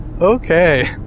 okay